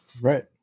Right